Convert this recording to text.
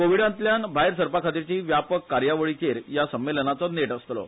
कोविडातल्या भायर सरपाखातीरची व्यापक कार्यावळीचेर या संमेलनाचो नेट आसतलो